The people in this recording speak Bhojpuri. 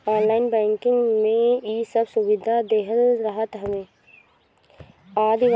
ऑनलाइन बैंकिंग में इ सब सुविधा देहल रहत हवे